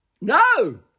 No